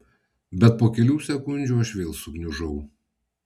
bet po kelių sekundžių aš vėl sugniužau